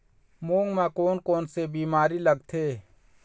मूंग म कोन कोन से बीमारी लगथे?